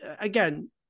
again